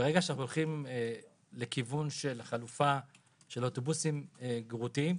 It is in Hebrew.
ברגע שאנחנו הולכים לכיוון של חלופה של אוטובוסים גרוטים,